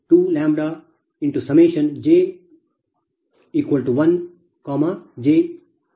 ಇದು ಸಮೀಕರಣ 57 ಸರಿ